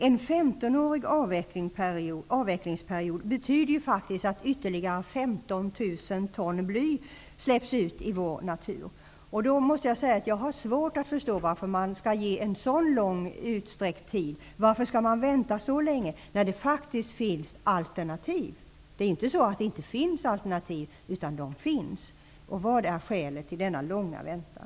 En femtonårig avvecklingsperiod betyder ju faktiskt att ytterligare 15 000 ton bly släpps ut i vår natur. Jag har svårt att förstå varför man skall vänta så länge när det faktiskt finns alternativ. Det är inte så att det inte finns alternativ, utan de finns. Vad är skälet till denna långa väntan?